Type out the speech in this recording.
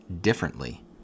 differently